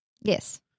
Yes